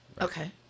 Okay